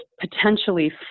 potentially